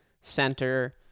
Center